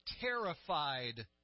terrified